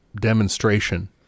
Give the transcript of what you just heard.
demonstration